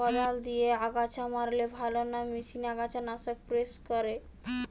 কদাল দিয়ে আগাছা মারলে ভালো না মেশিনে আগাছা নাশক স্প্রে করে?